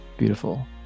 beautiful